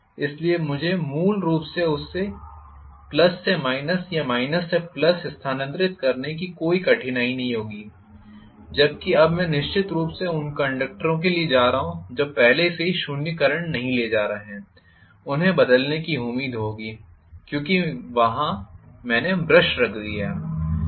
इसलिए मुझे मूल रूप से मुझे उसे प्लस से माइनस या माइनस से प्लस स्थानांतरित करने में कोई कठिनाई नहीं होगी जबकि अब मैं निश्चित रूप से उन कंडक्टरों के लिए जा रहा हूं जो पहले से ही शून्य करंट नहीं ले जा रहे हैं उन्हें बदलने की उम्मीद होगी क्योंकि मैंने वहाँ ब्रश रख दिया हैं